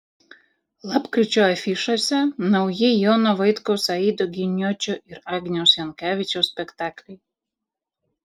lapkričio afišose nauji jono vaitkaus aido giniočio ir agniaus jankevičiaus spektakliai